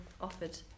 offered